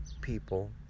people